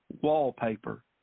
Wallpaper